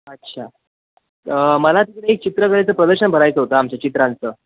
अच्छा मला तिकडे एक चित्रकलेचं प्रदर्शन भरायचं होतं आमच्या चित्रांचं